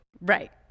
right